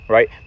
Right